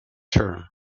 term